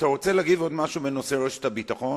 אתה רוצה להגיד עוד משהו בנושא רשת הביטחון,